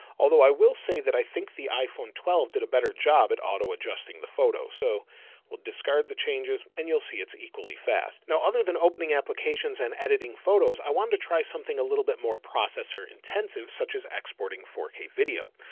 although i will say that i think the iphone twelve did a better job at auto adjusting the photo. so we'll discard the changes and you'll see it's equally fast. now, other than opening applications and editing photos, i wanted to try something a little bit more processor intensive, such as exporting four k video.